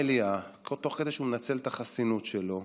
במליאה תוך כדי שהוא מנצל את החסינות שלו,